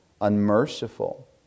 unmerciful